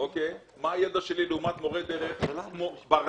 מה הידע שלי לעומת מורה דרך כמו ברנס,